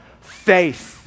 faith